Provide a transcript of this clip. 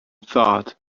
thought